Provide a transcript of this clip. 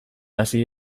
hasi